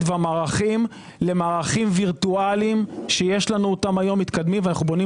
והמערכים למערכים וירטואליים שיש לנו אותם היום מתקדמים ואנו בונים